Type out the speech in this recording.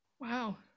wow